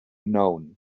known